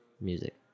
music